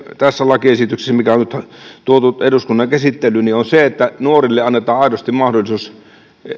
tässä lakiesityksessä mikä on nyt tuotu eduskunnan käsittelyyn kuitenkin on se että nuorille annetaan aidosti mahdollisuus